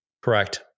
Correct